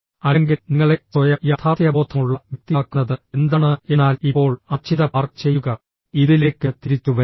അല്ലെങ്കിൽ നിങ്ങളെ സ്വയം യാഥാർത്ഥ്യബോധമുള്ള വ്യക്തിയാക്കുന്നത് എന്താണ് എന്നാൽ ഇപ്പോൾ ആ ചിന്ത പാർക്ക് ചെയ്യുക ഇതിലേക്ക് തിരിച്ചുവരും